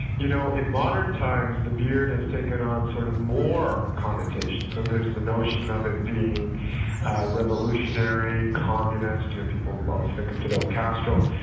you know, in modern times, the beard has taken on sort of more connotations. so there's the notion of it being revolutionary, communist, you know, people always think of fidel castro,